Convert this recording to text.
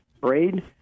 braid